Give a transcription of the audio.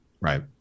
Right